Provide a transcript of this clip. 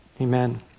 amen